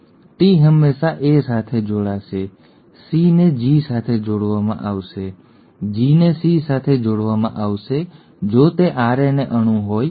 T હંમેશાં A સાથે જોડાશે C ને G સાથે જોડવામાં આવશે G ને C સાથે જોડવામાં આવશે અને જો તે RNA અણુ હોય અને ચાલો આપણે કહીએ કે અહીં A હતો હવે આરએનએ થાઇમાઇન આપશે નહીં તે યુરાસિલ આપશે